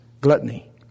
gluttony